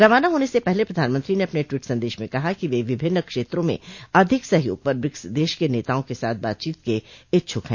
रवाना होने से पहले प्रधानमंत्री ने अपने ट्वीट सन्देश में कहा कि वे विभिन्न क्षेत्रों में अधिक सहयोग पर ब्रिक्स देश के नेताओं के साथ बातचीत के इच्छुक हैं